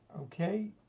Okay